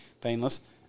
painless